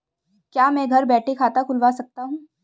क्या मैं घर बैठे खाता खुलवा सकता हूँ?